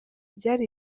byari